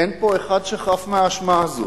אין פה אחד שחף מהאשמה הזאת.